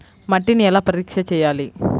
మట్టిని ఎలా పరీక్ష చేయాలి?